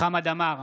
חמד עמאר,